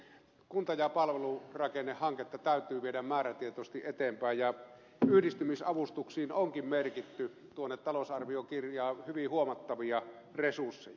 kunta ja palvelurakennehanketta täytyy viedä määrätietoisesti eteenpäin ja yhdistymisavustuksiin onkin merkitty talousarviokirjaan hyvin huomattavia resursseja